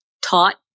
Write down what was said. taught